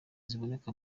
ziboneka